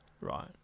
Right